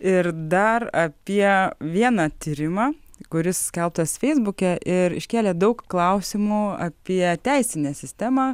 ir dar apie vieną tyrimą kuris skelbtas feisbuke ir iškėlė daug klausimų apie teisinę sistemą